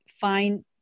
find